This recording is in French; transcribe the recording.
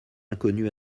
inconnu